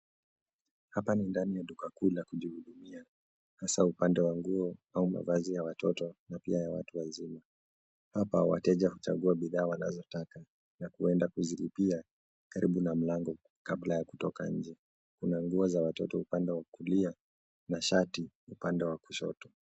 Hapa ni ndani ya duka kuu la kujinunulia hasa upande wa nguo au mavazi ya wototo na pia ya watu wazima. Hapa wateja huchagua bidhaa wanazotaka na kuenda kuzilipia karibu na mlango kabla ya kutoka nje. Kuna nguo za watoto upande wa kulia na shati upande wa kushoto.